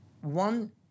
one